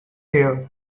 here